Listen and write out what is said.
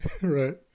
right